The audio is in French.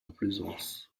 plaisance